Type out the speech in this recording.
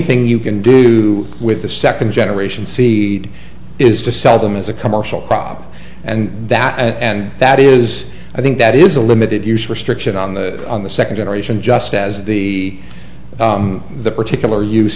thing you can do with the second generation c is to sell them as a commercial crop and that and that is i think that is a limited use restriction on the on the second generation just as the the particular